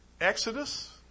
Exodus